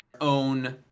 own